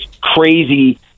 crazy